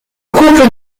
couple